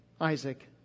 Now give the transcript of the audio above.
Isaac